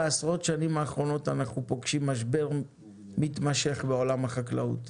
בעשרות השנים האחרונות אנחנו פוגשים משבר מתמשך בעולם החקלאות.